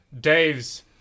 Dave's